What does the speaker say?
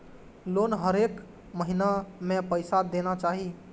Loan हरेक महीना में पैसा देना चाहि?